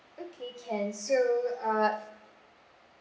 okay can so uh